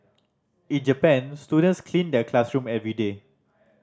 in Japan students clean their classroom every day